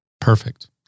Perfect